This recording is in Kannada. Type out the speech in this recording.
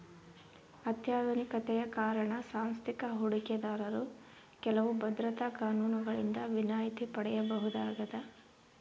ಅತ್ಯಾಧುನಿಕತೆಯ ಕಾರಣ ಸಾಂಸ್ಥಿಕ ಹೂಡಿಕೆದಾರರು ಕೆಲವು ಭದ್ರತಾ ಕಾನೂನುಗಳಿಂದ ವಿನಾಯಿತಿ ಪಡೆಯಬಹುದಾಗದ